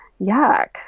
yuck